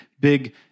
big